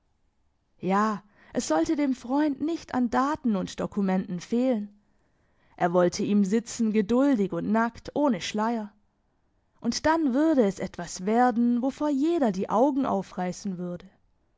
ja es sollte dem freund nicht an daten und dokumenten fehlen er wollte ihm sitzen geduldig und nackt ohne schleier und dann würde es etwas werden wovor jeder die augen aufreissen würde